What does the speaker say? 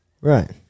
Right